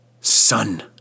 Son